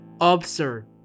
Absurd